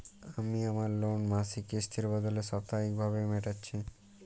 আমি আমার লোন মাসিক কিস্তির বদলে সাপ্তাহিক ভাবে মেটাচ্ছি